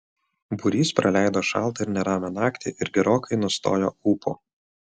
būrys praleido šaltą ir neramią naktį ir gerokai nustojo ūpo